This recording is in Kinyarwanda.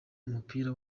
umupira